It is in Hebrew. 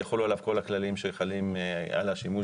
יחולו עליו כל הכללים שחלים על השימוש